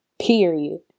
period